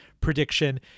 prediction